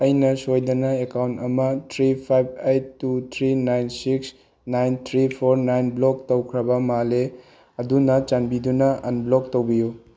ꯑꯩꯅ ꯁꯣꯏꯗꯅ ꯑꯦꯛꯀꯥꯎꯟ ꯑꯃ three five eight two three nine six nine three four nine block ꯇꯧꯈ꯭ꯔꯕ ꯃꯥꯜꯂꯦ ꯑꯗꯨꯅ ꯆꯥꯟꯕꯤꯗꯨꯅ ꯑꯟꯕ꯭ꯂꯣꯛ ꯇꯧꯕꯤꯌꯨ